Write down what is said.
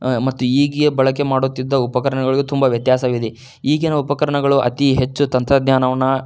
ಮತ್ತು ಈಗೀಗ ಬಳಕೆ ಮಾಡುತ್ತಿದ್ದ ಉಪಕರಣಗಳಿಗೂ ತುಂಬ ವ್ಯತ್ಯಾಸವಿದೆ ಈಗಿನ ಉಪಕರಣಗಳು ಅತೀ ಹೆಚ್ಚು ತಂತ್ರಜ್ಞಾನವನ್ನು